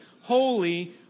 holy